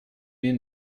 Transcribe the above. mir